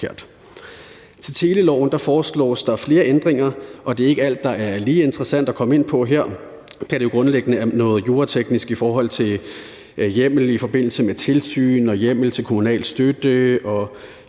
til teleloven foreslås der flere ændringer, og det er ikke alt, der er lige interessant at komme ind på her, da det jo grundlæggende er noget jurateknisk noget i forhold til hjemmel til tilsyn og hjemmel til kommunal støtte og